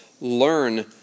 learn